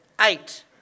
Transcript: Eight